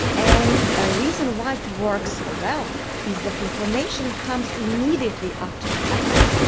and a reason why it works so well is that information comes immediately after it happens.